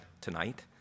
tonight